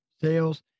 sales